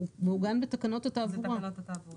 הוא מעוגן בתקנות התעבורה.